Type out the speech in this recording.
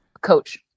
Coach